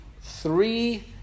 three